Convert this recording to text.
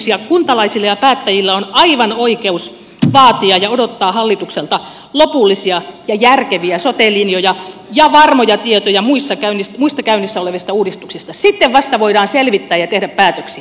kuntalaisilla ja päättäjillä on oikeus vaatia ja odottaa hallitukselta lopullisia ja järkeviä sote linjoja ja varmoja tietoja muista käynnissä olevista uudistuksista sitten vasta voidaan selvittää ja tehdä päätöksiä